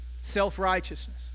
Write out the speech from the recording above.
self-righteousness